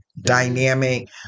dynamic